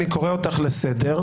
אני קורא אותך לסדר,